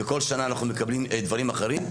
וכל שנה אנחנו מקבלים דברים אחרים.